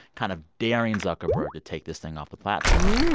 kind of daring zuckerberg to take this thing off the platform.